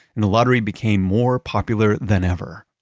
and the lottery became more popular than ever.